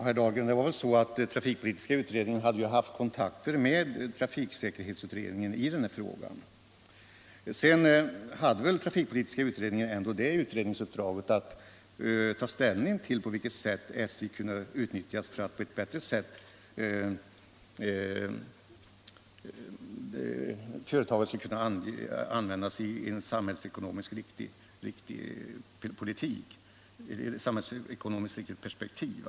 Herr talman! Det är väl så, herr Dahlgren att trafikpolitiska utredningen hade haft kontakter med trafiksäkerhetsutredningen i den här frågan. Sedan hade väl trafikpolitiska utredningen ändå det utredningsuppdraget att ta ställning till hur SJ:s verksamhet på ett bättre sätt än nu skulle kunna inpassas i ett samhällsekonomiskt riktigt perspektiv.